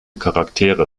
charaktere